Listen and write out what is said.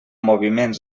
moviments